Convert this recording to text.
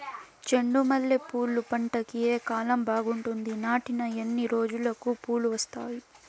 చెండు మల్లె పూలు పంట కి ఏ కాలం బాగుంటుంది నాటిన ఎన్ని రోజులకు పూలు వస్తాయి